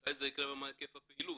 מתי זה יקרה ומה היקף הפעילות.